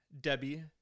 Debbie